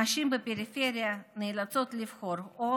נשים בפריפריה נאלצות לבחור: או